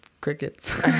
Crickets